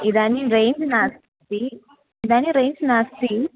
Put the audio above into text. इदानीं रेञ्ज् नास्ति इदानीं रेञ्ज् नास्ति